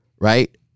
right